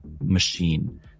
machine